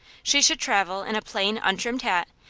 she should travel in a plain untrimmed hat,